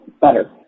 Better